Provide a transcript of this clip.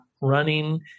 running